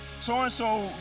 so-and-so